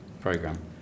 Program